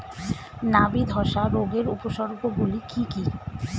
নাবি ধসা রোগের উপসর্গগুলি কি কি?